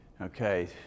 Okay